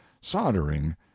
soldering